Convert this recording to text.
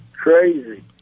crazy